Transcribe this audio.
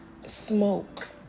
smoke